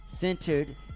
centered